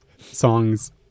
songs